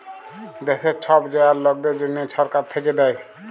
দ্যাশের ছব জয়াল লকদের জ্যনহে ছরকার থ্যাইকে দ্যায়